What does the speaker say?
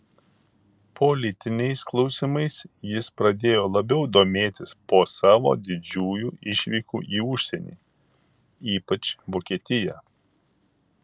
politiniais klausimais jis pradėjo labiau domėtis po savo didžiųjų išvykų į užsienį ypač vokietiją